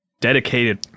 dedicated